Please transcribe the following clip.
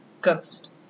ghost